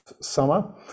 summer